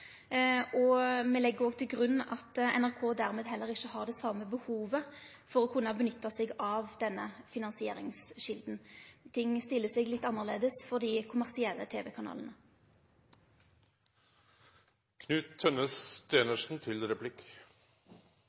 ikkje-kommersielt. Me legg òg til grunn at NRK dermed ikkje har det same behovet for å kunne nytte seg av denne finansieringskjelda. Det stiller seg litt annleis for dei kommersielle